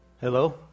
hello